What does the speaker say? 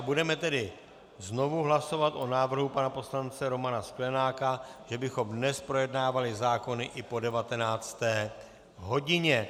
Budeme tedy znovu hlasovat o návrhu pana poslance Romana Sklenáka, že bychom dnes projednávali zákony i po 19. hodině.